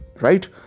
right